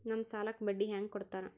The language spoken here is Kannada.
ನಮ್ ಸಾಲಕ್ ಬಡ್ಡಿ ಹ್ಯಾಂಗ ಕೊಡ್ತಾರ?